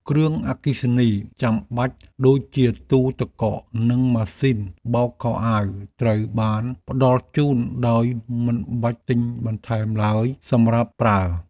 គ្រឿងអគ្គិសនីចាំបាច់ដូចជាទូទឹកកកនិងម៉ាស៊ីនបោកខោអាវត្រូវបានផ្តល់ជូនដោយមិនបាច់ទិញបន្ថែមឡើយសម្រាប់ប្រើ។